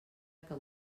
que